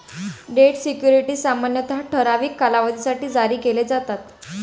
date securities सामान्यतः ठराविक कालावधीसाठी जारी केले जातात